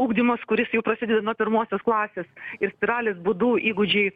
ugdymas kuris jau prasideda nuo pirmosios klasės ir spiralės būdu įgūdžiai